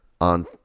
on